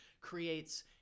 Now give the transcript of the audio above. creates